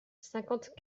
cinquante